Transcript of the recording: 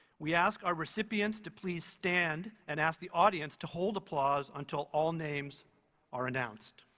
we ask our recipients to please stand and ask the audience to hold applause until all names are announced.